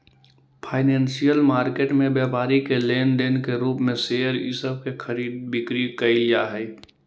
financial market में व्यापारी के लेन देन के रूप में शेयर इ सब के खरीद बिक्री कैइल जा हई